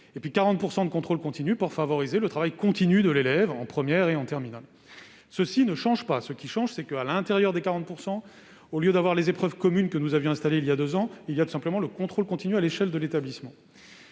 ; 40 % de contrôle continu pour favoriser le travail continu de l'élève en première et en terminale. Je le répète, cela ne change pas : ce qui change, c'est que, à l'intérieur des 40 %, au lieu d'avoir les épreuves communes que nous avions installées voilà deux ans, il y a tout simplement le contrôle continu à l'échelle de l'établissement.